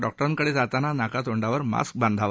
doc तिंकडज्ञाताना नाकातोंडावर mask बांधावा